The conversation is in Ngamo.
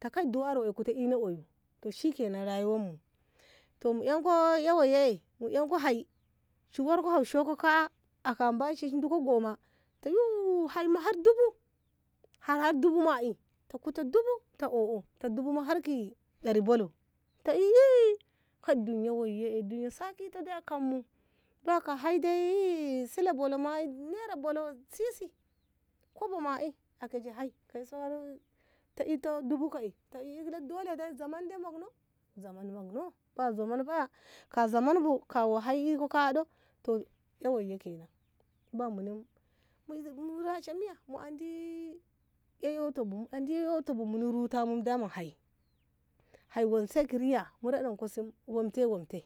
ta duwaro woi kute iko oyu toh shikenan rayuwanmu toh mu ƙanko ei woi e mu anko hai shi worko hau shoko ka'a aka bachi shi diko goma ta yu hai ma har dubu hai ha dubu ma'i ta kute dubu ta dubu ma har ki dari bolo ta iyyi duniya wonse duniya saki toh dai a kanmu baya ka hai dai sile bolo ma'i naira bolo sisi kobo ma'i a keje hai kaiso ito ta har dubu ka'i ta i dolo dai zaman dai mokno zaman mokno baya zaman baya ka zaman bu ka ko hai iko ka'a ɗo toh ei woiye kenan baya muni mu rashe miya mu andi ei ƙoto bu mu andi ei ƙoto bu muni ruta mu daman hai hai wonse ki riya mu raɗanko se womte womte.